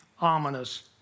ominous